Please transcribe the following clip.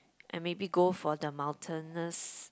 and maybe go for the mountainous